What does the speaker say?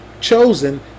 chosen